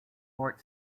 court